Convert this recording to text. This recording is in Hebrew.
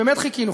באמת חיכינו.